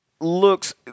looks